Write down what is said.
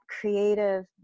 creative